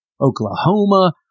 Oklahoma